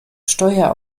steuer